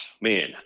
man